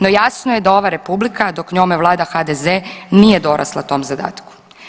No, jasno je da ova Republika dok njome vlada HDZ nije dorasla tom zadatku.